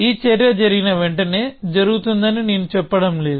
ఈ చర్య జరిగిన వెంటనే జరుగుతుందని నేను చెప్పడం లేదు